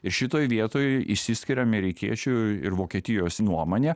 ir šitoje vietoj išsiskiria amerikiečių ir vokietijos nuomonė